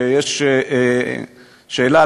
ויש שאלה,